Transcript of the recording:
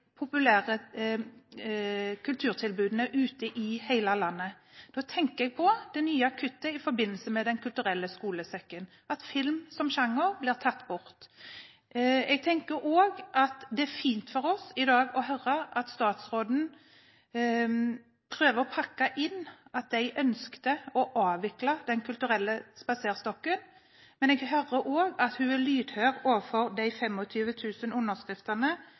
populære kulturtilbudene i hele landet. Da tenker jeg på det nye kuttet i forbindelse med Den kulturelle skolesekken, at film som sjanger blir tatt bort. Jeg tenker også at det i dag er fint for oss å høre statsråden prøve å pakke inn at de ønsket å avvikle Den kulturelle spaserstokken, men jeg hører også at hun er lydhør overfor de 500 000 underskriftene